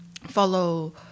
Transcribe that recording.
follow